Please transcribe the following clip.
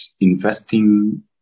investing